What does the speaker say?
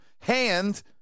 hand